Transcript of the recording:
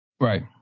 right